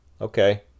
okay